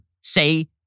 say